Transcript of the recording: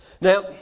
Now